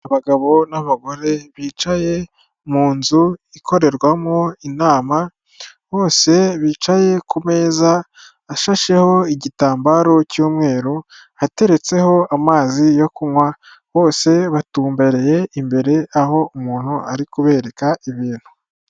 Abagabo n'abagore bicaye mu nzu ikorerwamo inama bose bicaye ku meza ashasheho igitambaro cy'umweru ateretseho amazi yo kunywa bose batumbereye imbere aho umuntu ari kubereka ibintu.